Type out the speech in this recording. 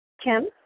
Kim